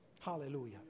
Hallelujah